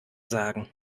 sagen